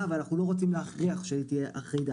אבל אנחנו לא רוצים להכריח שהיא תהיה אחידה.